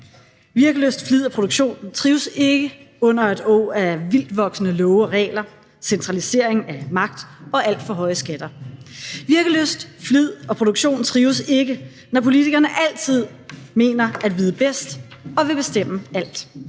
Virkelyst, flid og produktion trives ikke under et åg af vildtvoksende love og regler, centralisering af magt og alt for høje skatter. Virkelyst, flid og produktion trives ikke, når politikerne altid mener at vide bedst og vil bestemme alt;